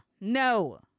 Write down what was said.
no